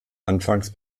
anfangs